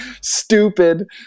stupid